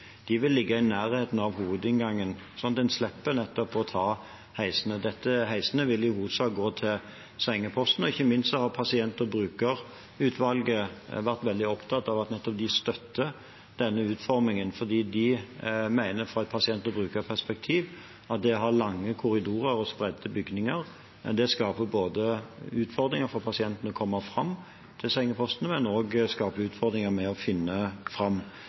De vil ligge i nærheten av hovedinngangen sånn at man nettopp slipper å ta heisen. Heisene vil i hovedsak gå til sengepostene. Ikke minst har pasient- og brukerutvalget vært veldig opptatt av å støtte nettopp denne utformingen, for de mener fra et pasient- og brukerperspektiv at det å ha lange korridorer og spredte bygninger skaper både utfordringer for pasientene for å komme fram til sengepostene og utfordringer med å finne fram.